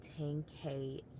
10K